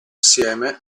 assieme